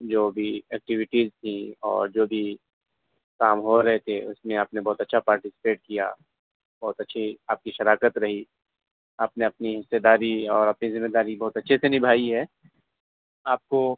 جو بھی ایکٹیوٹیز تھیں اور جو بھی کام ہو رہے تھے اس میں آپ نے بہت اچھا پارٹیسپیٹ کیا بہت اچھی آپ کی شراکت رہی آپ نے اپنی حصے داری اور اپنی ذمے داری بہت اچھے سے نبھائی ہے آپ کو